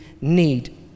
need